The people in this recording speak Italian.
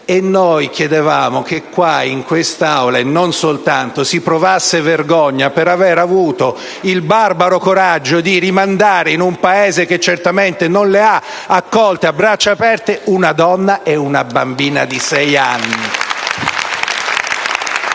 Noi chiedevamo che in quest'Aula, e non soltanto, si provasse vergogna per aver avuto il barbaro coraggio di rimandare in un Paese, che certamente non le ha accolte a braccia aperte, una donna e una bambina di sei anni. *(Applausi